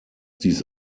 dies